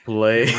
Play